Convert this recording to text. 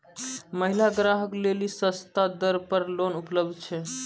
महिला ग्राहक लेली सस्ता दर पर लोन उपलब्ध छै?